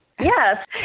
Yes